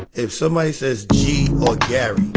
if somebody says g or gary,